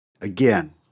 Again